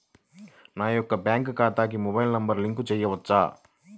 నా యొక్క బ్యాంక్ ఖాతాకి మొబైల్ నంబర్ లింక్ చేయవచ్చా?